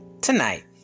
Tonight